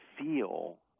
feel